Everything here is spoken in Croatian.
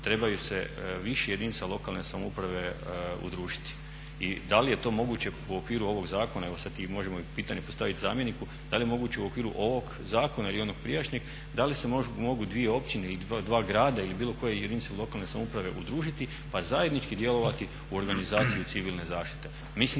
treba se više jedinica lokalne samouprave udružiti. I da li je to moguće u okviru ovog zakona. Evo sad možemo pitanje postaviti zamjeniku, da li je moguće u okviru onog zakona ili onog prijašnjeg, da li se mogu dvije općine ili dva grada ili bilo koje jedinice lokalne samouprave udružiti pa zajednički djelovati u organizaciji civilne zaštite.